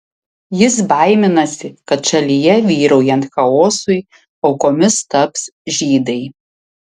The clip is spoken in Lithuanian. jis baiminasi kad šalyje vyraujant chaosui aukomis taps žydai